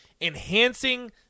enhancing